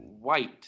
White